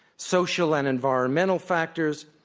social and environmental factors,